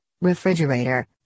refrigerator